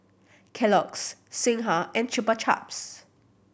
Kellogg's Singha and Chupa Chups